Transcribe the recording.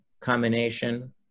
combination